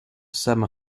sam